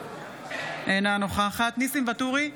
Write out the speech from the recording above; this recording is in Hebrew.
אינה נוכחת ניסים ואטורי,